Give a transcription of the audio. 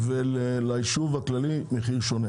וליישוב הכללי מחיר שונה.